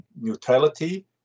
neutrality